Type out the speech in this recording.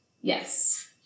Yes